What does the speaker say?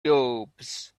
cubes